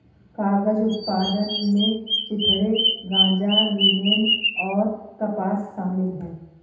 कागज उत्पादन में चिथड़े गांजा लिनेन और कपास शामिल है